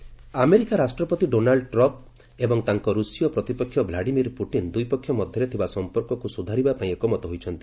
Trump Putin America ରାଷ୍ଟ୍ରପତି Donald Trump ଏବଂ ତାଙ୍କ ରୁଷିୟ ପ୍ରତିପକ୍ଷ ଭ୍ଲାଡିମିର୍ ପୁଟିନ୍ ଦୁଇପକ୍ଷ ମଧ୍ୟରେ ଥିବା ସଂପର୍କକୁ ସୁଧାରିବା ପାଇଁ ଏକମତ ହୋଇଛନ୍ତି